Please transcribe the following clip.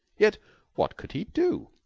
yet what could he do?